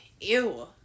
ew